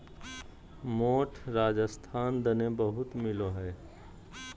मोठ राजस्थान दने बहुत मिलो हय